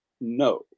No